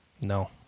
No